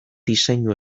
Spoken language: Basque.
diseinu